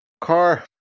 Car